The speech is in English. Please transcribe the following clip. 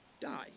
die